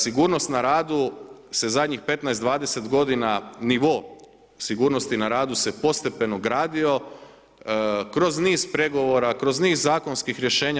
Sigurnost na radu se zadnjih 15, 20 godina nivo sigurnosti na radu se postepeno gradio kroz niz pregovora, kroz niz zakonskih rješenja.